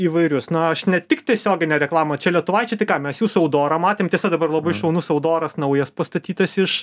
įvairius na aš ne tik tiesioginę reklamą čia lietuvaičiai tai ką mes jūsų audorą matėm tiesa dabar labai šaunus audoras naujas pastatytas iš